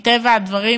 מטבע הדברים,